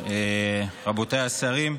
רבותיי השרים,